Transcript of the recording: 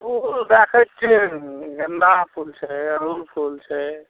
फूल राखै छिए गेन्दा फूल छै अड़हुल फूल छै